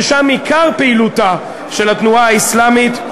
ששם עיקר פעילותה של התנועה האסלאמית,